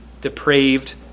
depraved